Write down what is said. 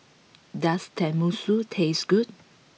does Tenmusu taste good